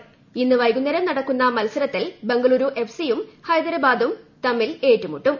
് ഇന്ന് വൈകുന്നേരം നടക്കുന്ന മത്സരത്തിൽ ബംഗളൂരു എഫ് സിയും ഹൈദരാബാദും തമ്മിൽ ഏറ്റുമുട്ടും